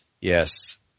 Yes